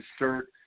insert